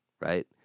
right